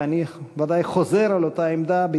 ואני ודאי חוזר על אותה עמדה,